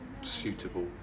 suitable